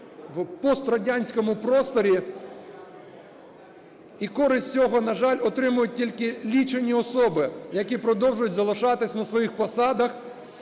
в пострадянському просторі і користь з цього, на жаль, отримують тільки лічені особи, які продовжують залишатись на своїх посадах